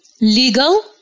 legal